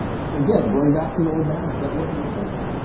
like again going back to the old barons, that wasn't the case.